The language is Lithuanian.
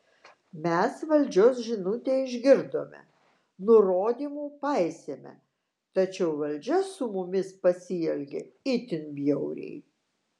mes valdžios žinutę išgirdome nurodymų paisėme tačiau valdžia su mumis pasielgė itin bjauriai